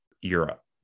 Europe